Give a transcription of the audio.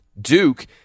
Duke